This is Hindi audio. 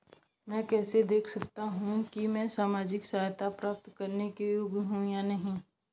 मैं कैसे देख सकती हूँ कि मैं सामाजिक सहायता प्राप्त करने के योग्य हूँ या नहीं?